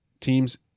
Team's